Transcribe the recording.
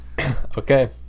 Okay